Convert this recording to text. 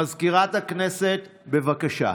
מזכירת הכנסת, בבקשה.